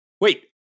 wait